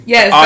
Yes